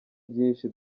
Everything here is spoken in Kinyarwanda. byinshi